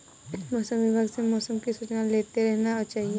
मौसम विभाग से मौसम की सूचना लेते रहना चाहिये?